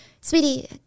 Sweetie